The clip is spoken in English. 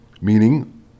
meaning